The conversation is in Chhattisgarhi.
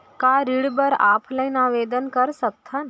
का ऋण बर ऑफलाइन आवेदन कर सकथन?